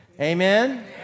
Amen